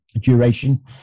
duration